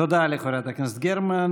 תודה לחברת הכנסת גרמן.